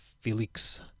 Felix